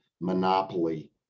monopoly